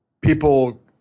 people